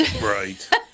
right